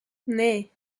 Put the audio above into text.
nee